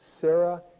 Sarah